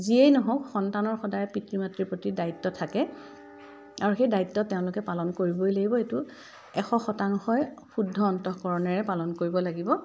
যিয়েই নহওক সন্তানৰ সদায় পিতৃ মাতৃৰ প্ৰতি দায়িত্ব থাকে আৰু সেই দায়িত্ব তেওঁলোকে পালন কৰিবই লাগিব সেইটো এশ শতাংশই শুদ্ধ অন্তঃকৰণেৰে পালন কৰিব লাগিব